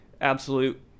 absolute